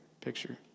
picture